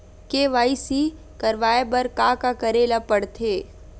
KYC करवाय बर का का करे ल पड़थे?